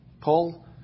Paul